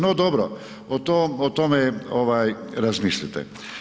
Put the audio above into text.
No dobro, o tome razmislite.